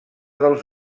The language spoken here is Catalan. dels